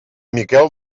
miquel